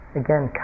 again